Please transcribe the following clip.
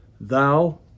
Thou